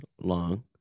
long